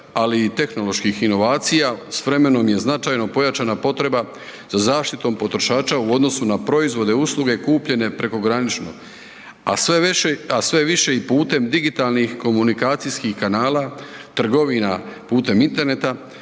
ali i tehnoloških inovacija s vremenom je značajno pojačana potreba za zaštitom potrošača u odnosu na proizvode, usluge kupljene prekogranično, a sve veći, a sve više i putem digitalnih komunikacijskih kanala, trgovina putem interneta